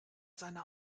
seiner